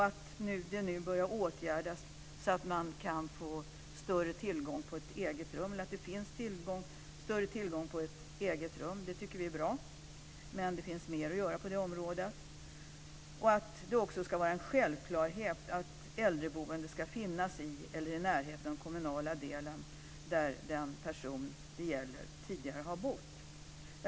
Att det nu börjar vidtas åtgärder så att det finns större tillgång på egna rum tycker vi är bra, men det finns mer att göra på det området. Det ska också vara en självklarhet att äldreboendet ska finnas i eller i närheten av den kommundel där den person det gäller tidigare har bott.